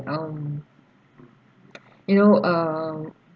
um you know uh